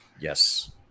yes